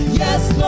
yes